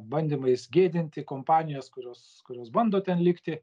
bandymais gėdinti kompanijos kurios kurios bando ten likti